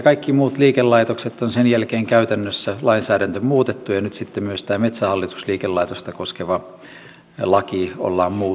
kaikista muista liikelaitoksista on sen jälkeen käytännössä lainsäädäntö muutettu ja nyt sitten myös tämä metsähallitus liikelaitosta koskeva laki ollaan muuttamassa